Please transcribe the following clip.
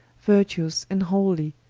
vertuous and holy,